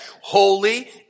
holy